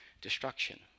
Destruction